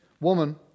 woman